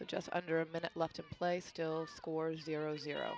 just under a minute left to play still scores zero zero